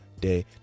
day